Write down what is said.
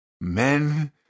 men